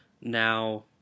now